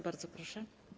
Bardzo proszę.